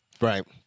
Right